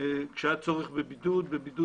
אני צריך עוד דקה, ברשותך.